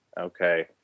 Okay